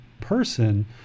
person